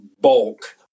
bulk